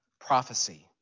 prophecy